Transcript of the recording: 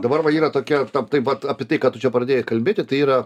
dabar va yra tokia tap taip vat apie tai ką tu čia pradėjai kalbėti tai yra